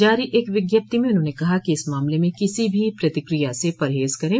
जारी एक विज्ञप्ति में उन्होंने कहा कि इस मामले में किसी भी प्रतिक्रिया से परहेज करे